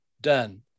done